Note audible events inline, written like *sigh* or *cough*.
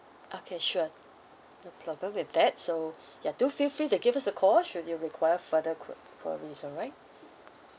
okay sure *noise* no problem with that so ya do feel free to give us a call should you require further que~ queries all right